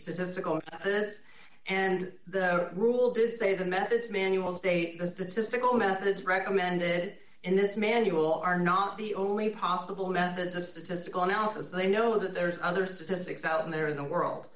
this and the rule did say the methods manual state the statistical methods recommended in this manual are not the only possible methods of statistical analysis they know that there is other statistics out there in the world